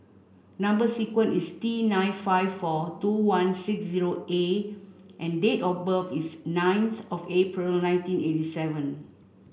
number sequence is T nine five four two one six zero A and date of birth is ninth of April nineteen eighty seven